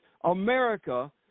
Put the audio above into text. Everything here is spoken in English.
America –